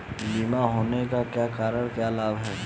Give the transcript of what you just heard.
बीमा होने के क्या क्या लाभ हैं?